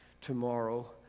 tomorrow